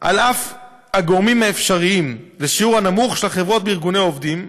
אף על הגורמים האפשריים לשיעור הנמוך של חברות בארגוני עובדים.